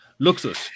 Luxus